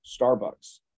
Starbucks